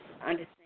understand